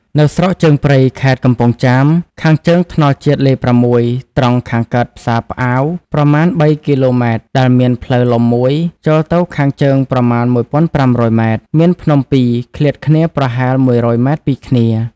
នៅស្រុកជើងព្រៃ ខេត្តកំពង់ចាម ខាងជើងថ្នល់ជាតិលេខ ៦ ត្រង់ខាងកើតផ្សារផ្អាវ ប្រមាណ ៣ គ.ម. ដែលមានផ្លូវលំ ១ ចូលទៅខាងជើង ប្រមាណ ១៥០០ ម. មានភ្នំពីរ ឃ្លាតគ្នាប្រហែលជា ១០០ ម. ពីគ្នា ។